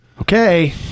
okay